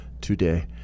today